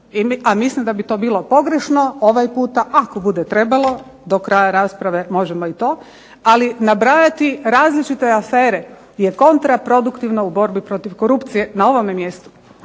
a mislim da bi to bilo pogrešno ovaj puta, ako bude trebalo do kraja rasprave možemo i to. Ali nabrajati različite afere je kontra produktivno u borbi protiv korupcije na ovome mjestu,